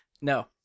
No